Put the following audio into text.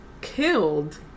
killed